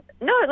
no